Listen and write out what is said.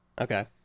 Okay